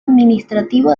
administrativo